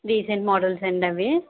recent models అండీ అవి